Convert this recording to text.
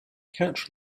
catch